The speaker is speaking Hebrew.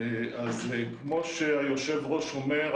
כמו שהיושב-ראש אומר,